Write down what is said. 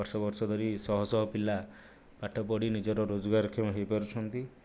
ବର୍ଷ ବର୍ଷ ଧରି ଶହ ଶହ ପିଲା ପାଠ ପଢ଼ି ନିଜର ରୋଜଗାର କ୍ଷମ ହେଇପାରୁଛନ୍ତି